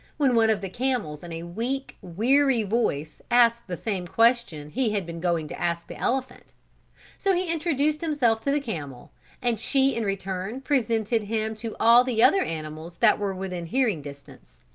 when one of the camels in a weak, weary voice asked the same question he had been going to ask the elephant so he introduced himself to the camel and she in return presented him to all the other animals that were within hearing distance.